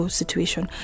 situation